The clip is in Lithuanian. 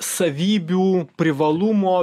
savybių privalumo